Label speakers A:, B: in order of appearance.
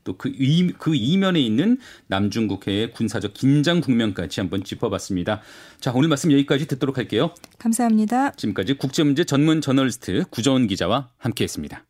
A: 또 그 이면- 그 이면에 있는 남중국해의 군사적 긴장 국면까지 한번 짚어봤습니다. 자, 오늘 말씀 여기까지 듣도록 할게요.
B: 감사합니다.
A: 지금까지 국제 문제 전문 저널리스트 구정은 기자와 함께했습니다.